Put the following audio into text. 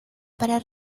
para